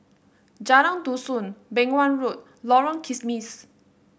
Jalan Dusun Beng Wan Road Lorong Kismis